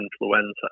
influenza